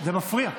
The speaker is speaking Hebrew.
זה מפריע.